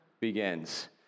Begins